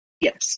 Yes